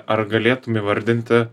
ar galėtum įvardinti